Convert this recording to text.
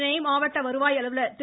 இதனை மாவட்ட வருவாய் அலுவலர் திரு